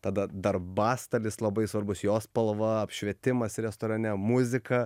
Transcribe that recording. tada darbastalis labai svarbus jo spalva apšvietimas restorane muzika